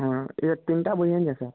ହଁ ଇ'ଟା ତିନ୍ଟା ବହି ଆନିଛେ ସାର୍